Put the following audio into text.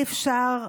אי-אפשר,